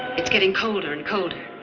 it's getting colder and colder,